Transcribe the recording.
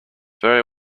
very